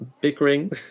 bickering